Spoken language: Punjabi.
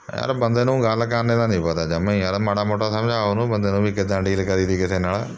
ਯਾਰ ਬੰਦੇ ਨੂੰ ਗੱਲ ਕਰਨੇ ਦਾ ਨਹੀਂ ਪਤਾ ਜਮ੍ਹਾ ਯਾਰ ਮਾੜਾ ਮੋਟਾ ਸਮਝਾਉ ਉਹਨੂੰ ਬੰਦੇ ਨੂੰ ਵੀ ਕਿੱਦਾਂ ਡੀਲ ਕਰੀ ਦੀ ਕਿਸੇ ਨਾਲ਼